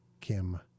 Kim